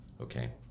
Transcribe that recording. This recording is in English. okay